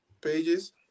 pages